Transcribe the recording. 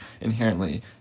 inherently